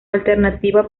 alternativa